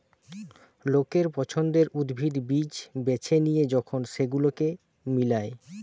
লোকের পছন্দের উদ্ভিদ, বীজ বেছে লিয়ে যখন সেগুলোকে মিলায়